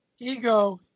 ego